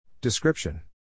Description